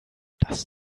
das